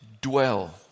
dwell